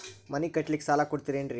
ಮನಿ ಕಟ್ಲಿಕ್ಕ ಸಾಲ ಕೊಡ್ತಾರೇನ್ರಿ?